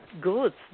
Goods